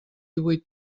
huit